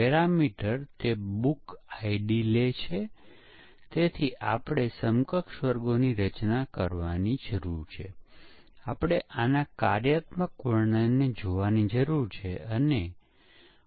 programme સંતોષકારક રીતે કાર્ય કરે છે કારણ કે j ની શરૂઆત 2 થી કરવામાં આવી હતી અને તેણે i માં j ની જગ્યાએ 2 લખ્યો હતો